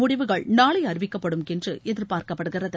முடிவுகள் நாளை அறிவிக்கப்படும் என்று எதிர்பார்க்கப்படுகிறது